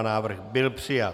Návrh byl přijat.